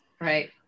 Right